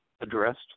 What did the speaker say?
addressed